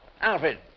Alfred